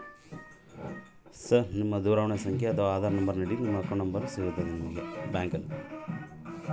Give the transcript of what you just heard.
Sir ನನ್ನ account number ಮರೆತುಹೋಗಿದೆ ಹೇಗೆ ತಿಳಿಸುತ್ತಾರೆ?